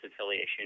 affiliation